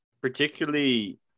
particularly